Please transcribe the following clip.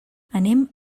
anem